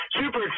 super